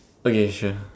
okay sure